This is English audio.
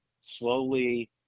slowly